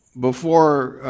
before